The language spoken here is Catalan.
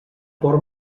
port